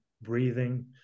breathing